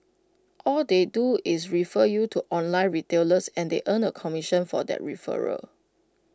all they do is refer you to online retailers and they earn A commission for that referral